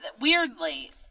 weirdly